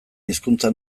hizkuntza